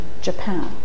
Japan